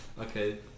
Okay